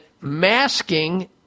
masking